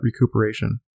recuperation